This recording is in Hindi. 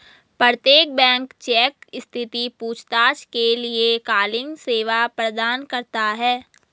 प्रत्येक बैंक चेक स्थिति पूछताछ के लिए कॉलिंग सेवा प्रदान करता हैं